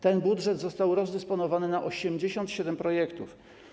Ten budżet został rozdysponowany na 87 projektów.